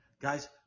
guys